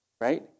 right